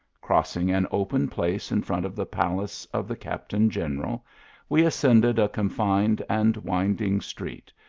crossing an open place in front of the palace of the captain-general, we ascended a confined and winding street,